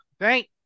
Thank